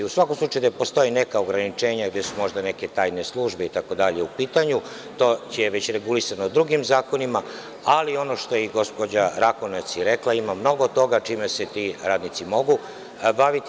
U svakom slučaju, postoje neka ograničenja gde su neki možda tajne službe i tako dalje, to je već regulisano drugim zakonima, ali i ono što je i gospođa Rakonjac rekla, ima mnogo toga čime se ti radnici mogu baviti.